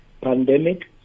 pandemic